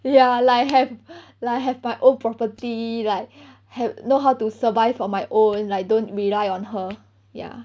ya like have like have my own property like have know how to survive for my own like don't rely on her ya